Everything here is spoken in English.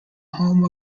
home